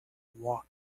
walk